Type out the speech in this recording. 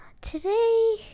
Today